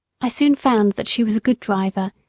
i soon found that she was a good driver,